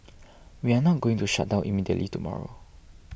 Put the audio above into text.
we are not going to shut down immediately tomorrow